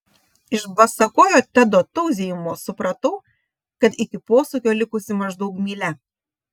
iš basakojo tedo tauzijimo supratau kad iki posūkio likusi maždaug mylia